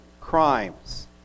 crimes